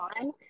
on